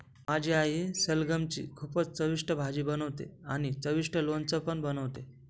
माझी आई सलगम ची खूपच चविष्ट भाजी बनवते आणि चविष्ट लोणचं पण बनवते